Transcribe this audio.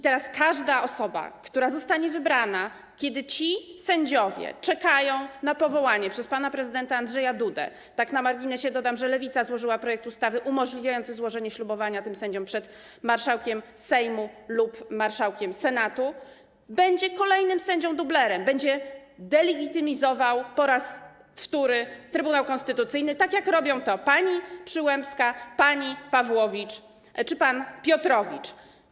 Teraz każda osoba, która zostanie wybrana, kiedy ci sędziowie czekają na powołanie przez pana prezydenta Andrzeja Dudę - tak na marginesie dodam, że Lewica złożyła projekt ustawy umożliwiający złożenie ślubowania tym sędziom przed marszałkiem Sejmu lub marszałkiem Senatu - będzie kolejnym sędzią dublerem, będzie delegitymizować po raz wtóry Trybunał Konstytucyjny, tak jak robią to pani Przyłębska, pani Pawłowicz czy pan Piotrowicz.